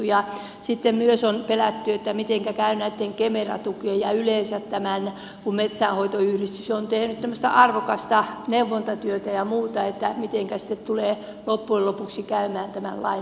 sitten on myös pelätty mitenkä käy näitten kemera tukien ja yleensä sitä kun metsänhoitoyhdistys on tehnyt tämmöistä arvokasta neuvontatyötä ja muuta mitenkä tulee loppujen lopuksi käymään tämän lain osalta